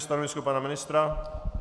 Stanovisko pana ministra?